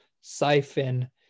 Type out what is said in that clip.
siphon